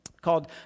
called